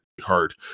hard